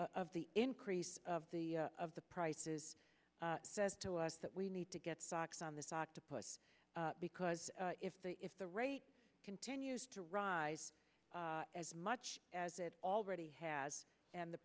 of the increase of the of the prices says to us that we need to get socks on this octopus because if they if the rate continues to rise as much as it already has and the